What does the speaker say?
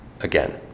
Again